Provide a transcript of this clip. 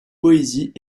poésies